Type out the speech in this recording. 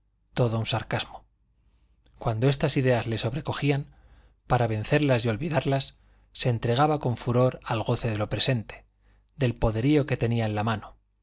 todo un sarcasmo cuando estas ideas le sobrecogían para vencerlas y olvidarlas se entregaba con furor al goce de lo presente del poderío que tenía en la mano